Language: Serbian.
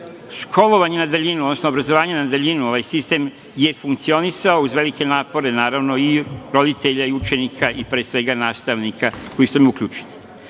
Školovanje na daljinu, odnosno osnovno obrazovanje na daljinu, ovaj sistem je funkcionisao uz velike napore i roditelja i učenika i pre svega nastavnika koji su